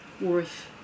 worth